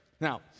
Now